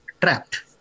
trapped